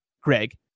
Greg